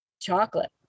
Chocolate